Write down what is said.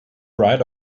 right